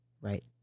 Right